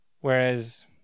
whereas